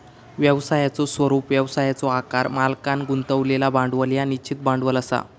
व्यवसायाचो स्वरूप, व्यवसायाचो आकार, मालकांन गुंतवलेला भांडवल ह्या निश्चित भांडवल असा